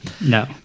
No